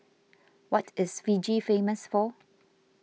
what is Fiji famous for